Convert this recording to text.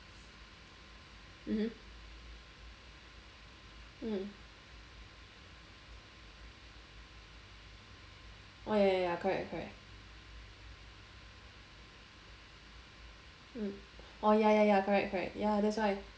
mmhmm mm oh ya ya ya correct correct mm oh ya ya correct ya that's why